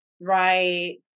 Right